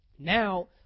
Now